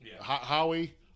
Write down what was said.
Howie